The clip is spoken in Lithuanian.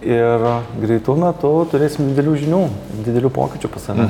ir greitu metu turėsim didelių žinių didelių pokyčių pas save